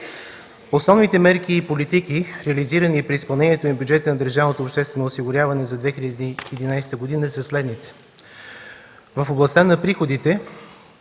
Основните мерки и политики, реализирани при изпълнението на бюджета на държавното обществено осигуряване за 2011 г., са следните: